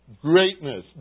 greatness